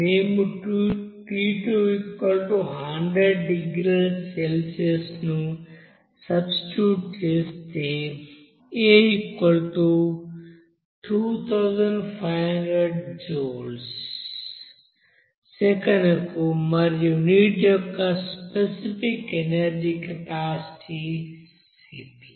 మేము T2100 డిగ్రీల సెల్సియస్ను సబ్స్టిట్యూట్ చేస్తే A2500 జూల్స్ సెకనుకు మరియు నీటి యొక్క స్పెసిఫిక్ ఎనర్జీ కెపాసిటీ Cp